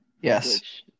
Yes